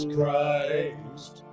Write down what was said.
Christ